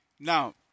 Now